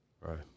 Right